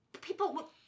People